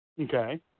Okay